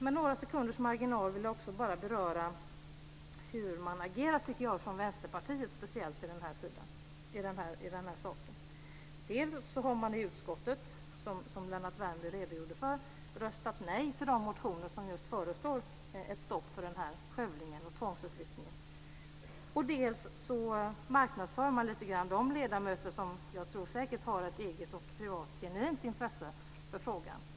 Med några sekunders marginal vill jag också hinna beröra hur jag tycker att man agerar från Vänsterpartiet, speciellt i den här saken. Dels har man i utskottet, som Lennart Värmby redogjorde för, röstat nej till de motioner som föreslår ett stopp för denna skövling och tvångsförflyttning. Dels marknadsför man lite grann de ledamöter som jag säkert tror har ett eget, privat och genuint intresse för frågan.